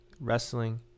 wrestling